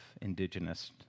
indigenous